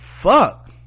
fuck